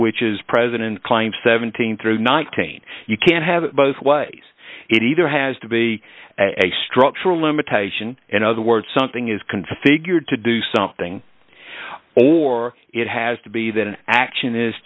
which is president client seventeen through nineteen you can't have it both ways it either has to be a structural limitation in other words something is configured to do something or it has to be that an action is